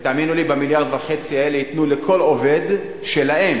תאמינו לי שבמיליארד וחצי האלה ייתנו לכל עובד שלהם,